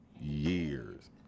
years